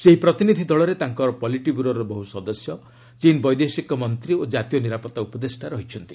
ସେହି ପ୍ରତିନିଧି ଦଳରେ ତାଙ୍କ ପଲିଟିବ୍ୟୁରୋର ବହୁ ସଦସ୍ୟ ଚୀନ୍ ବୈଦେଶିକ ମନ୍ତ୍ରୀ ଓ ଜାତୀୟ ନିରାପତ୍ତା ଉପଦେଷ୍ଟା ରହିଛନ୍ତି